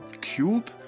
Cube